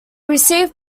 received